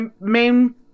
main